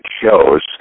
shows